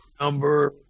number